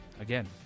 Again